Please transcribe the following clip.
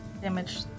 Damage